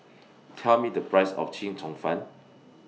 Tell Me The Price of Chee Cheong Fun